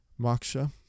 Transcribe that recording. Moksha